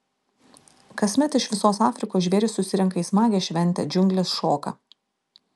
kasmet iš visos afrikos žvėrys susirenka į smagią šventę džiunglės šoka